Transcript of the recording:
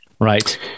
right